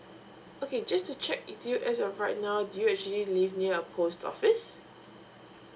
okay just to check with you as of right now do you actually live near a post office